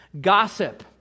Gossip